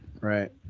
right